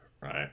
right